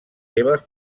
seves